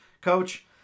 Coach